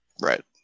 Right